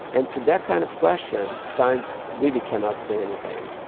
and to that kind of question, science really cannot say anything.